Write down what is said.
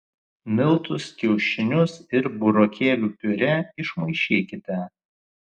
miltus kiaušinius ir burokėlių piurė išmaišykite